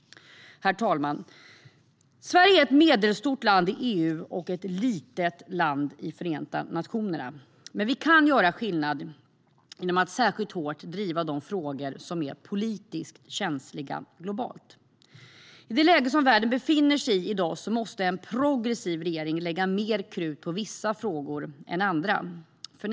Herr talman! Sverige är ett medelstort land i EU och ett litet land i Förenta nationerna. Men vi kan göra skillnad, särskilt genom att hårt driva de frågor som är politiskt känsliga globalt. I det läge som världen i dag befinner sig i måste en progressiv regering lägga mer krut på vissa frågor än på andra.